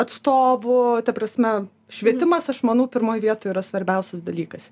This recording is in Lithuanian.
atstovų ta prasme švietimas aš manau pirmoj vietoj yra svarbiausias dalykas